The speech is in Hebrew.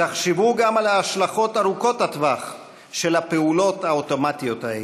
תחשבו גם על ההשלכות ארוכות הטווח של הפעולות האוטומטיות האלה.